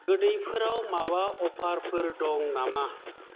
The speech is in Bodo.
गोदैफोराव माबा अफारफोर दङ नामा